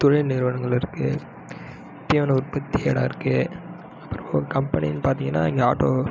தொழில் நிறுவனங்கள் இருக்குது உற்பத்தி இடம் இருக்குது அப்புறம் கம்பெனினு பார்த்தீங்கனா இங்கே ஆட்டோ